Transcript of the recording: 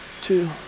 two